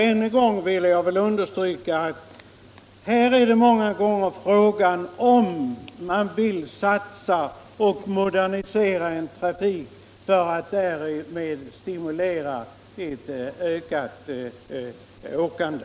Jag vill än en gång understryka att vad frågan här gäller är om man vill modernisera trafiken för att därmed stimulera ett ökat resande.